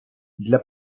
для